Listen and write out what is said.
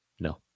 No